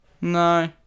No